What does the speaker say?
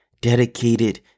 dedicated